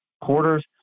quarters